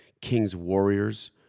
Kings-Warriors